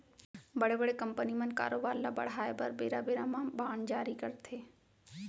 बड़े बड़े कंपनी मन कारोबार ल बढ़ाय बर बेरा बेरा म बांड जारी करथे